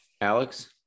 Alex